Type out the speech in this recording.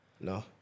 No